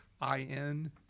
I-N